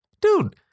Dude